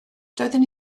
doeddwn